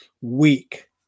weak